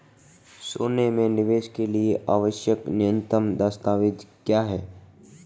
सोने में निवेश के लिए आवश्यक न्यूनतम दस्तावेज़ क्या हैं?